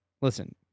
listen